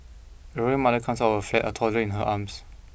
grandmother comes out of her flat a toddler in her arms